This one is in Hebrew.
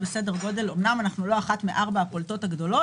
אמנם אנחנו לא אחת מארבע הפולטות הגדולות,